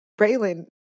Braylon